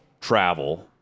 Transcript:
travel